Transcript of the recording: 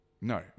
no